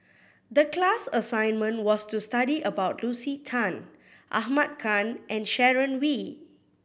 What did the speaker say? the class assignment was to study about Lucy Tan Ahmad Khan and Sharon Wee